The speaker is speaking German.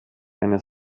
eine